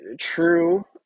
true